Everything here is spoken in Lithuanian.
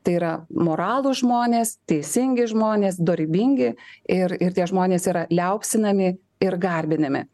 tai yra moralūs žmonės teisingi žmonės dorybingi ir ir tie žmonės yra liaupsinami ir garbinami